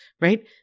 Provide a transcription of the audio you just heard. right